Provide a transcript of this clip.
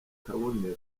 kabonero